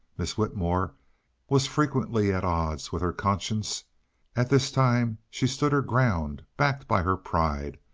miss whitmore was frequently at odds with her conscience at this time she stood her ground, backed by her pride,